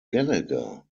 gallagher